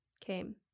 came